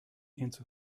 into